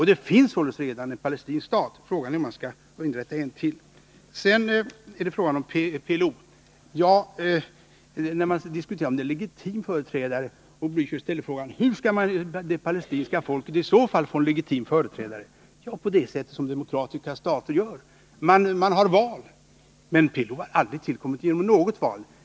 Det finns således redan en palestinsk stat — frågan är om man skall inrätta en till. När det gäller PLO diskuterar vi om det är en legitim företrädare, och Raul Blächer ställer frågan: Om PLO inte är det, hur skall det palestinska folket i så fall få en legitim företrädare? Ja, man får göra på samma sätt som i demokratiska stater: man har val. Men PLO har aldrig tillkommit genom något val.